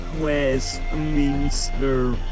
Westminster